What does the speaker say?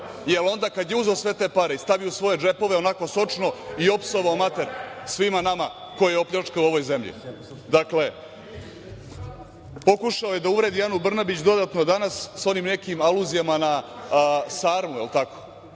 jer onda kada je uzeo sve te pare i stavio u svoje džepove onako sočno i opsovao mater svima nama koje je opljačkao u ovoj zemlji. Dakle, pokušao je da uvredi Anu Brnabić dodatno danas sa onim nekim aluzijama na sarmu, jel tako?